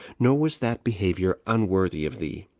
nor was that behavior unworthy of thee.